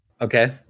Okay